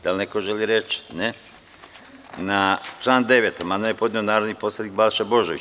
Da li neko želi reč? (Ne) Na član 9. amandman je podneo narodni poslanik Balša Božović.